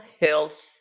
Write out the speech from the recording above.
health